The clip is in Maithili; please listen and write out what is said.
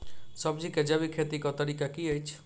सब्जी केँ जैविक खेती कऽ तरीका की अछि?